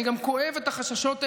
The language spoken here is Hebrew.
אני גם כואב את החששות האלה,